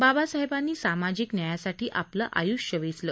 बाबासाहेबांनी सामाजिक न्यायासाठी आपलं आयुष्य वेचलं